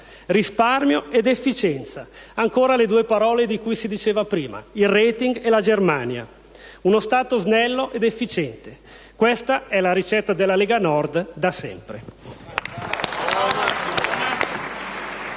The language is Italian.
risparmio ed efficienza, ancora le due parole di cui si diceva prima; il *rating* e la Germania; uno Stato snello ed efficiente. Questa è la ricetta della Lega Nord da sempre.